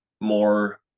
more